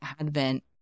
advent